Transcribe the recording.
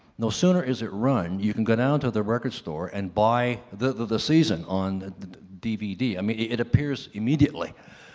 no sooner is it run, you can go down to the record store and buy the the season on dvd. i mean it appears immediately.